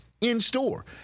in-store